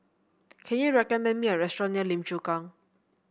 can you recommend me a restaurant near Lim Chu Kang